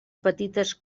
petites